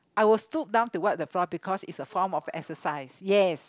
I would stood down to wipe the floor because it's a form of exercise yes